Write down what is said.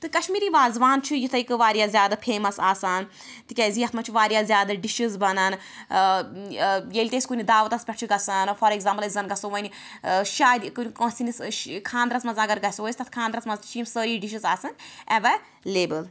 تہٕ کشمیٖری وازٕوان چھُ یِتھٔے کٕنۍ واریاہ زیادٕ فیمَس آسان تِکیٛازِ یتھ مَنٛز چھِ واریاہ زیادٕ ڈِشِز بنان ٲں ٲں ییٚلہِ تہِ أسۍ کُنہِ دعوتَس پٮ۪ٹھ چھِ گَژھان فار ایٚگزامپٕل أسۍ زن گَژھو وۄنۍ ٲں شادٕ کٲنٛسہِ ہنٛدِس ٲں خانٛدرس مَنٛز اگر گَژھو أسۍ تتھ خانٛدرَس مَنٛز تہِ چھِ یِم سٲری ڈِشِز آسان ایٚولیبٕل